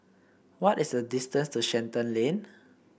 what is the distance to Shenton Lane